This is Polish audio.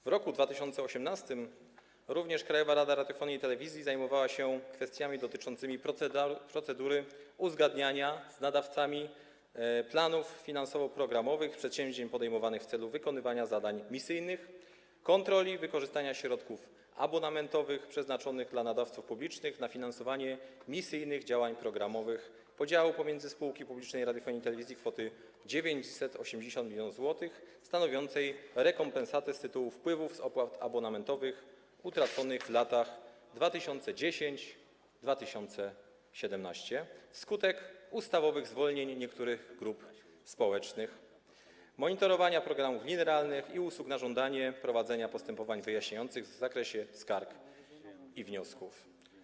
W roku 2018 Krajowa Rada Radiofonii i Telewizji zajmowała się również kwestiami dotyczącymi: procedury uzgadniania z nadawcami planów finansowo-programowych przedsięwzięć podejmowanych w celu wykonywania zadań misyjnych; kontroli wykorzystania środków abonamentowych przeznaczonych dla nadawców publicznych na finansowanie misyjnych działań programowych; podziału pomiędzy spółki publicznej radiofonii i telewizji kwoty 980 mln zł, stanowiącej rekompensatę z tytułu wpływów z opłat abonamentowych utraconych w latach 2010–2017 wskutek ustawowych zwolnień niektórych grup społecznych; monitorowania programów linearnych i usług na żądanie; prowadzenia postępowań wyjaśniających w zakresie skarg i wniosków.